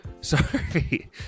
Sorry